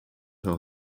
her